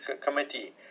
committee